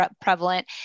prevalent